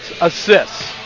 assists